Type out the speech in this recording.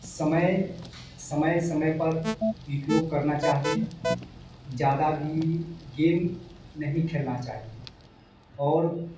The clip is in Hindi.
समय समय समय पर उपयोग करना चाहिए ज़्यादा भी ज़्यादा भी गेम नहीं खेलना चाहिए और